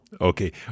Okay